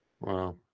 Wow